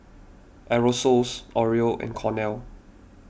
Aerosoles Oreo and Cornell